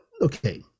okay